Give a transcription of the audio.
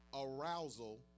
arousal